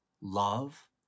love